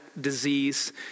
disease